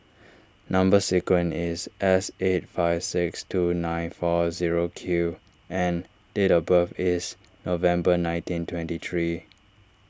Number Sequence is S eight five six two nine four zero Q and date of birth is November nineteen twenty three